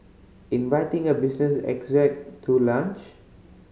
inviting a business exec to lunch